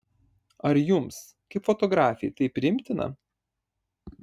ar jums kaip fotografei tai priimtina